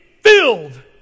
filled